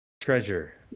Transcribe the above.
treasure